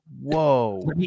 whoa